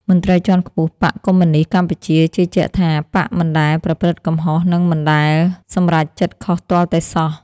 មន្ត្រីជាន់ខ្ពស់បក្សកុម្មុយនីស្តកម្ពុជាជឿជាក់ថា បក្សមិនដែលប្រព្រឹត្តកំហុសនិងមិនដែលសម្រេចចិត្តខុសទាល់តែសោះ។